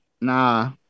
Nah